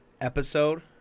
episode